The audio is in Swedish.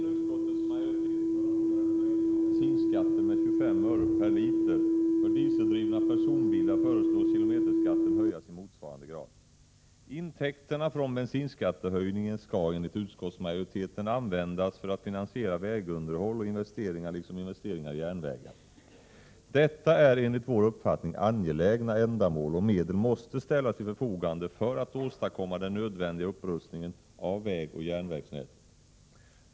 Herr talman! Regeringen och utskottets majoritet förordar en höjning av bensinskatten med 25 öre per liter. För dieseldrivna personbilar föreslås kilometerskatten höjas i motsvarande grad. Intäkterna från bensinskattehöjningen skall, enligt utskottsmajoriteten, användas för att finansiera vägunderhåll och investeringar liksom investeringar i järnvägar. Detta är enligt vår uppfattning angelägna ändamål, och medel måste ställas till förfogande för att den nödvändiga upprustningen av vägoch järnvägsnätet skall kunna åstadkommas.